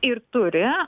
ir turi